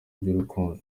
by’urukundo